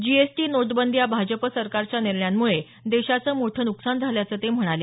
GST नोटबंदी या भाजप सरकारच्या निर्णयांमुळे देशाचं मोठं नुकसान झाल्याचं ते म्हणाले